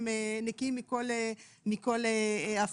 הם נקיים מכל הפרה.